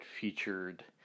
featured